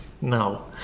No